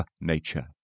nature